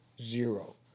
Zero